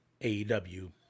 AEW